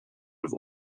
with